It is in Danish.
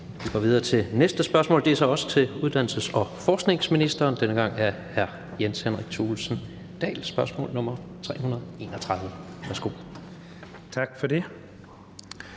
Vi går videre til næste spørgsmål. Det er også til uddannelses- og forskningsministeren. Denne gang er det hr. Jens Henrik Thulesen Dahl. Det er spørgsmål nr. 331. Kl. 16:31 Spm.